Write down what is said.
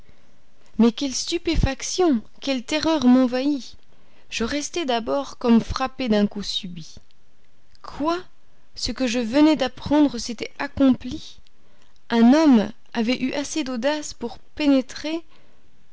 mais quelle stupéfaction quelle terreur m'envahit je restai d'abord comme frappé d'un coup subit quoi ce que je venais d'apprendre s'était accompli un homme avait eu assez d'audace pour pénétrer